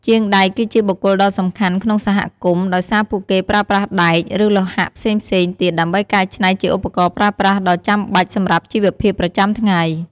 ជាងដែកគឺជាបុគ្គលដ៏សំខាន់ក្នុងសហគមន៍ ដោយសារពួកគេប្រើប្រាស់ដែក ឬលោហៈផ្សេងៗទៀតដើម្បីកែច្នៃជាឧបករណ៍ប្រើប្រាស់ដ៏ចាំបាច់សម្រាប់ជីវភាពប្រចាំថ្ងៃ។